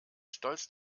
stolz